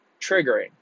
triggering